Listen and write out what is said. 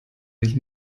sich